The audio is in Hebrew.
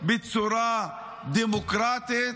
בצורה דמוקרטית,